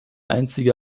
einzige